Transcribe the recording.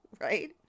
right